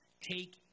take